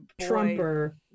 Trumper